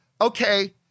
okay